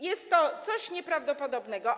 Jest to coś nieprawdopodobnego.